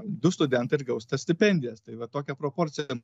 du studentai ir gaus tas stipendijas tai va tokia proporcija